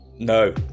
No